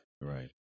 Right